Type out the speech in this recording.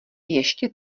ještě